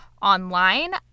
online